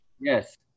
Yes